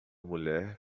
mulher